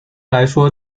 来说